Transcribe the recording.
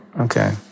Okay